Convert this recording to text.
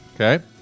Okay